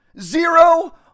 Zero